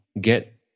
get